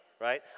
right